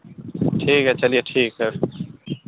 ठीक है चलिए ठीक है